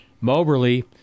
Moberly